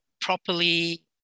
properly